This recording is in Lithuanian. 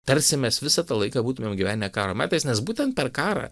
tarsi mes visą tą laiką būtumėm gyvenę karo metais nes būtent per karą